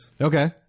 Okay